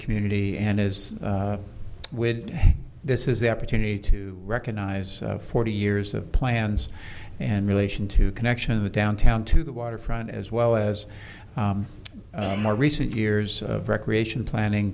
community and as with this is the opportunity to recognize forty years of plans and relation to connection of the downtown to the waterfront as well as more recent years of recreation planning